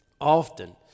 often